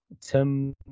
Tim